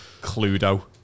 Cluedo